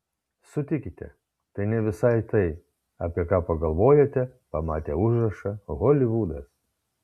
sutikite tai ne visai tai apie ką pagalvojate pamatę užrašą holivudas